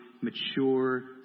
mature